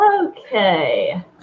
Okay